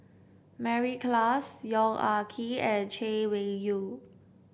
Mary Klass Yong Ah Kee and Chay Weng Yew